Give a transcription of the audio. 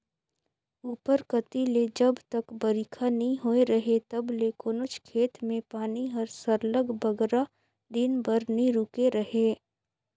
उपर कती ले जब तक बरिखा नी होए रहें तब ले कोनोच खेत में पानी हर सरलग बगरा दिन बर नी रूके रहे